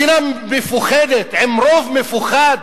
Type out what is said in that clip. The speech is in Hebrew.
מדינה מפוחדת, עם רוב מפוחד,